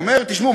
אומר: תשמעו,